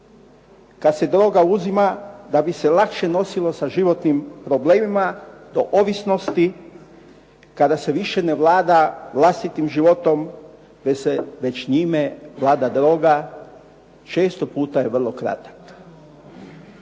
kad se droga uzima da bi se lakše nosilo sa životnim problemima do ovisnosti kada se više ne vlada vlastitim životom, već njime vlada droga, često puta je vrlo kratak.